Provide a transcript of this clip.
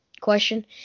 question